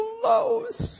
close